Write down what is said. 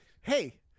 hey